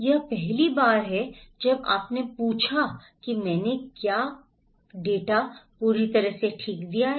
यह पहली बार है जब आपने पूछा है कि मैंने क्या कहा है कि डेटा पूरी तरह से ठीक है